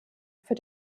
für